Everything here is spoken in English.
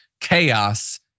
chaos